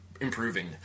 improving